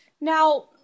Now